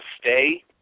stay